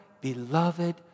beloved